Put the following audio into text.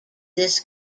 this